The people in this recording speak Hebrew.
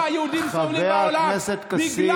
חבר הכנסת כסיף, שב, בבקשה.